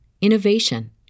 innovation